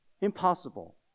Impossible